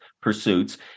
pursuits